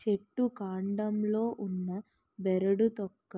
చెట్టు కాండంలో ఉన్న బెరడు తొక్క